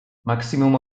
maksimum